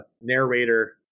narrator